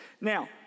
Now